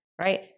right